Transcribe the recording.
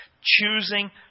choosing